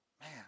man